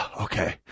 Okay